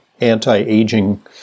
anti-aging